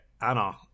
anna